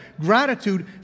Gratitude